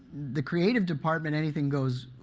the creative department, anything goes,